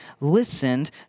listened